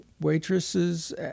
waitresses